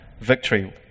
victory